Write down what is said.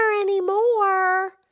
anymore